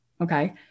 Okay